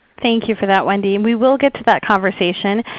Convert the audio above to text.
thank you for that wendy. and we will get to that conversation.